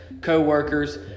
Co-workers